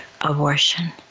abortion